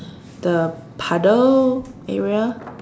the puddle area